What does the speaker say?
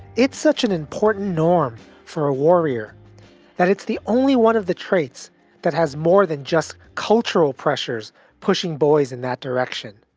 it's such an important norm for a warrior that it's the only one of the traits that has more than just cultural pressures pushing boys in that direction.